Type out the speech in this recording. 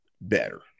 better